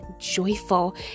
joyful